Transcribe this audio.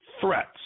threats